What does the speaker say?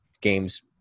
games